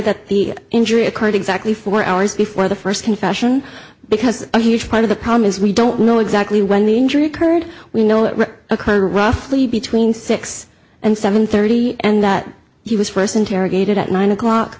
that the injury occurred exactly four hours before the first confession because a huge part of the problem is we don't know exactly when the injury occurred we know it occurred roughly between six and seven thirty and that he was first interrogated at nine o'clock